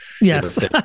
Yes